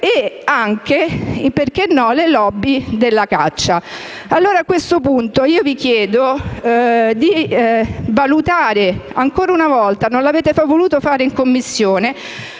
e favorire - perché no - le *lobby* della caccia. A questo punto, vi chiedo di valutare ancora una volta - non l'avete voluto fare in Commissione